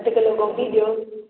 अधि किलो गोभी ॾियो